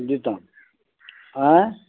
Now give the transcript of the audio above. दिता आय